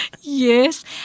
Yes